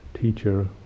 teacher